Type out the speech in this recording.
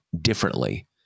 differently